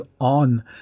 on